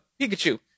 Pikachu